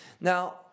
Now